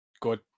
good